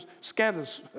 scatters